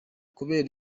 kubera